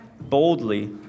boldly